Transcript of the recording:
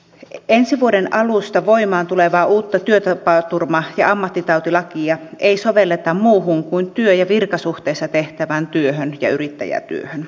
ensi vuoden alusta voimaan tulevaa uutta työtapaturma ja ammattitautilakia ei sovelleta muuhun kuin työ ja virkasuhteessa tehtävään työhön ja yrittäjätyöhön